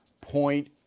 Point